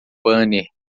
banner